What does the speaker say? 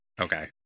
Okay